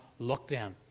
lockdown